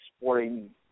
sporting